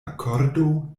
akordo